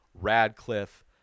Radcliffe